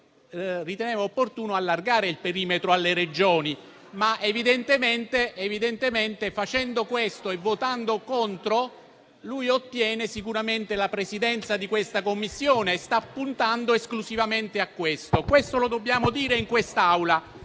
riteneva opportuno anche allargare il perimetro alle Regioni. Ma evidentemente facendo questo e votando contro, sicuramente otterrebbe la Presidenza di questa Commissione. Sta puntando esclusivamente a questo. Lo dobbiamo dire in quest'Aula,